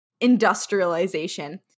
industrialization